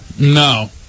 No